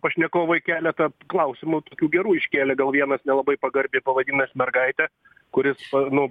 pašnekovui keletą klausimų gerų iškėlė gal vienas nelabai pagarbiai pavadinęs mergaite kuri nu